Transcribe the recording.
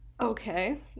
Okay